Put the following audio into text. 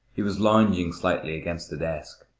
he was lounging slightly against the desk.